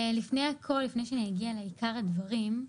לפני הכול, לפני שאני אגיע לעיקר הדברים,